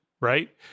right